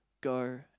go